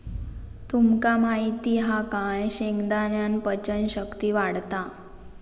तुमका माहित हा काय शेंगदाण्यान पचन शक्ती वाढता